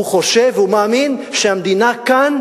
הוא חושב והוא מאמין שהמדינה כאן,